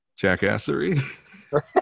Jackassery